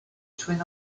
twin